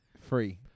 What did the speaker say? Free